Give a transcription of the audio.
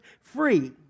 free